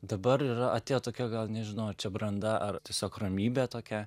dabar yra atėjo tokia gal nežinau ar čia branda ar tiesiog ramybė tokia